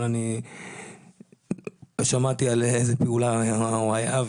אבל שמעתי באיזו פעולה הוא היה.